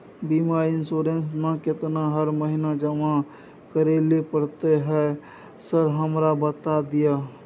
बीमा इन्सुरेंस ना केतना हर महीना जमा करैले पड़ता है सर हमरा बता दिय?